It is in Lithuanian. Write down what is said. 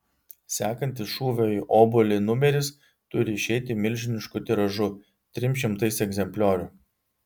sekantis šūvio į obuolį numeris turi išeiti milžinišku tiražu trim šimtais egzempliorių